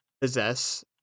possess